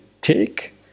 take